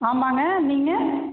ஆமாம்ங்க நீங்கள்